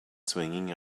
swinging